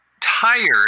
tired